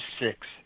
six